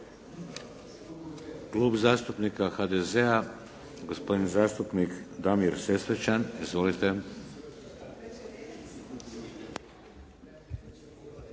Klub zastupnika HDZ-a, gospodin zastupnik Damir Sesvečan. Izvolite.